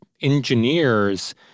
engineers